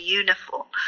uniform